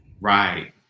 Right